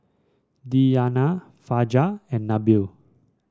Diyana Fajar and Nabil